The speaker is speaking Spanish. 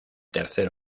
tercer